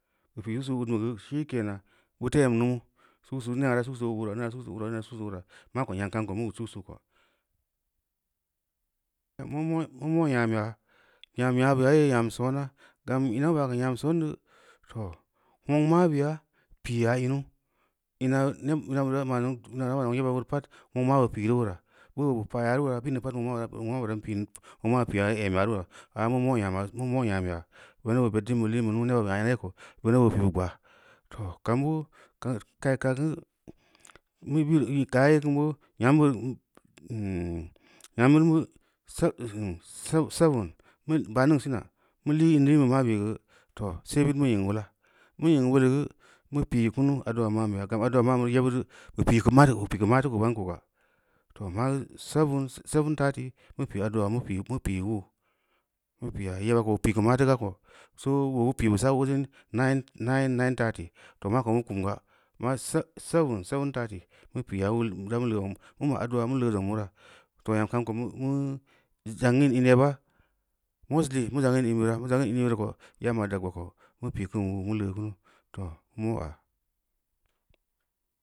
Bu pii susu udnbe geu shikenan buleu em nou susu nengna deu susu ura, ningna deu susu ura, ningna deu susu ura, maako nyam kam ko mu ud susu ko. Mu ma’ nyam yaa, nyam nyaa beya yoo nyam soona, gam ina mu bageu nyam soon ni, too nulong maa beya piiya inu ina bura manni, ina bura ma’n zong yeba bureu pad nung maabe piireu keura, beunaa bu pa yare bira bi’n neu pad nulong mabe pireu uleura, beunea bu pa yare bira bi’n neu pad nulong mabe ram piin, nuccong mabe piya emma uleura aa mu mo nyam ya, mu mo’ nyamya veneb oo beddin mu kiin be lumu neba i ma’ina yee ko veneb oo pi’u gbaa. Too, karau boo, mu bireu kaa kin boo nyam beureu lummu nyan birun geu, seven, ba ningsina, mu lii in liin beu ma bei geu too, seu bid mu nying uleuda, mu nying uleuda geu mu poo kunu addu’a ma’nbeya, gam addua ma’nbe geu yebbid de pu pii geu maa ti geu bangn koga too, maagu seven, seven thirty mu pii addua’a ya mu pii uluu, mu piya yeba ko bu pii geu mateu ga ko, soo, boogeu pii bu sa’ ululyen nine nine thirty, too mako mu kumga, ma seven, seven-thirty mu piya wu damu lega mu addu’a mu leu zong mura. Too, nyam kam ko neu zongin in yeba, mostly m zongin in bura in zangin in bureu ƙo yaa ma’i dagula ko mu pii keun uluu mu leu kunu too, mu moya.